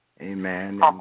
Amen